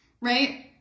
right